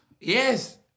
Yes